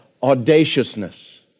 audaciousness